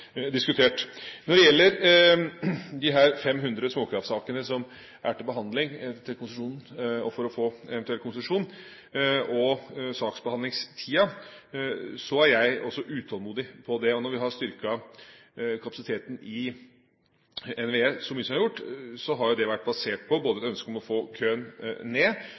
diskutert. Når det gjelder disse 500 småkraftsakene som er til behandling for eventuell konsesjon, og saksbehandlingstiden, er jeg også utålmodig. Når vi har styrket kapasiteten i NVE så mye som vi har gjort, har jo det vært basert på ønsket om å få køen ned